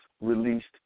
Released